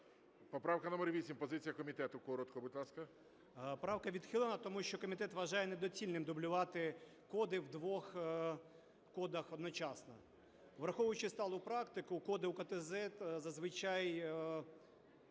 Поправка номер 8. Позиція комітету коротко, будь ласка. 14:57:20 СОВА О.Г. Правка відхилена, тому що комітет вважає недоцільним дублювати коди в двох кодах одночасно. Враховуючи сталу практику, коди УКТЗЕД зазвичай